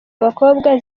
abakobwa